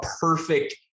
perfect